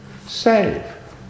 Save